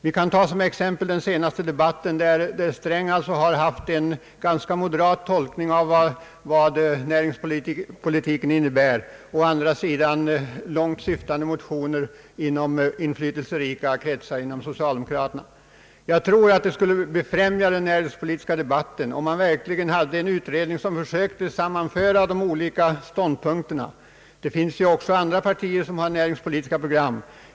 Som exempel kan vi ta den senaste debatten, där herr Sträng har gett en ganska moderat tolkning av vad näringspolitiken innebär. Å andra sidan finns det långtsyftande socialiseringsmotioner från inflytelserika kretsar inom socialdemokratiska partiet. Jag tror att det skulle befrämja den näringspolitiska debatten om vi finge till stånd en utredning som försökte sammanföra de olika ståndpunkterna. Det finns ju också andra partier som har näringspolitiska program.